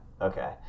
Okay